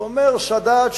אומר סאדאת,